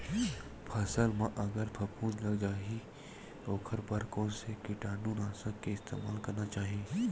फसल म अगर फफूंद लग जा ही ओखर बर कोन से कीटानु नाशक के इस्तेमाल करना चाहि?